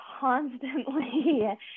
constantly